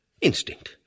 instinct